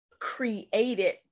created